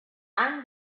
and